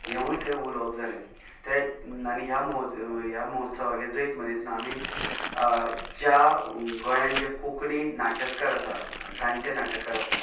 हेंवूय थंय उलोवप जालें ते आनी ह्या ह्या महोत्सवाक हें जैत मनयतना आमी ज्या गोंयान जे कोंकणी नाटककार आसा जाणटे नाटककार आसा